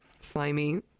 slimy